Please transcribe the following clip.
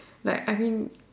like I mean